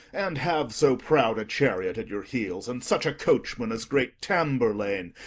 and have so proud a chariot at your heels, and such a coachman as great tamburlaine,